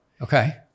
Okay